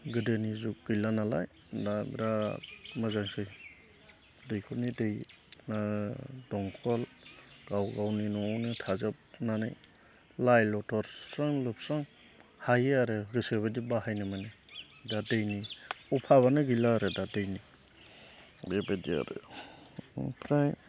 गोदोनि जुग गैला नालाय दा बिराद मोजांसै दैखरनि दै दंखल गाव गावनि न'आवनो थाजोबनानै लाय लथर सुस्रां लोबस्रां हायो आरो गोसो बायदि बाहायनो मोनो दा दैनि अभाबआनो गैला आरो दा दैनि बेबायदि आरो ओमफ्राय